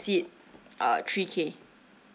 exceed uh three K